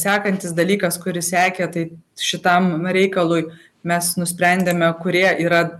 sekantis dalykas kuris sekė tai šitam reikalui mes nusprendėme kurie yra